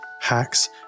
hacks